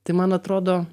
tai man atrodo